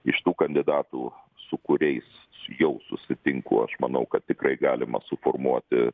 iš tų kandidatų su kuriais jau susitinku aš manau kad tikrai galima suformuoti